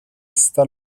está